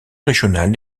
régional